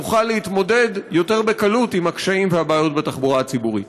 נוכל להתמודד יותר בקלות עם הקשיים והבעיות בתחבורה הציבורית.